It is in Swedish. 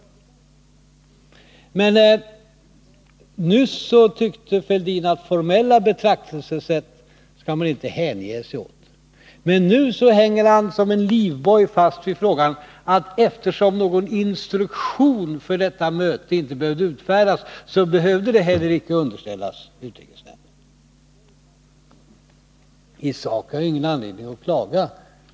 Alldeles nyss tyckte Thorbjörn Fälldin att man inte skall hänge sig åt formella betraktelsesätt. Men nu hänger han som vid en livboj fast vid den formaliteten, att eftersom någon instruktion inte behövde utfärdas inför mötet, så behövde frågan inte heller underställas utrikesnämnden. I sak har jag ingen anledning att klaga.